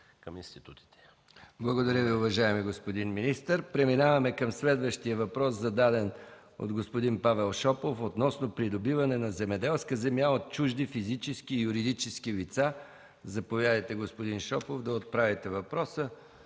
МИХАИЛ МИКОВ: Благодаря Ви, уважаеми господин министър. Преминаваме към следващия въпрос, зададен от господин Павел Шопов, относно придобиване на земеделска земя от чужди физически и юридически лица. Заповядайте, господин Шопов, да отправите въпроса